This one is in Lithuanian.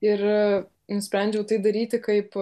ir nusprendžiau tai daryti kaip